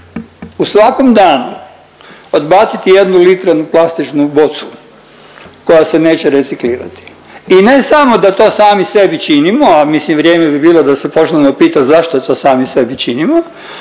u svakom danu odbaciti jednu litru onu plastičnu bocu koja se neće reciklirati. I ne samo da to sami sebi činimo, a mislim vrijeme bi bilo da se počnemo pitati zašto to sami sebi činimo,